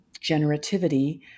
generativity